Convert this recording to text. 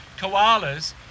koalas